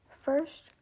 First